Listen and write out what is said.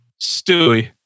Stewie